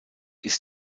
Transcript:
ist